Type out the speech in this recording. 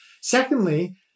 Secondly